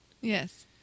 Yes